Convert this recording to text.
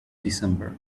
december